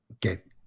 get